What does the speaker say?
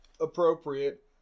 appropriate